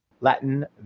Latin